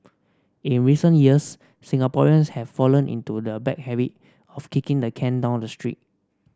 in recent years Singaporeans have fallen into the bad habit of kicking the can down the street